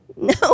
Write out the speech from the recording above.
no